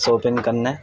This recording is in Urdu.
ساپنگ کرنے